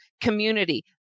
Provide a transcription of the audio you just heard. community